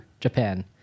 Japan